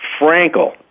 Frankel